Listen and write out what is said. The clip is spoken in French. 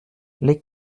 les